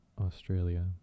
Australia